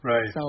Right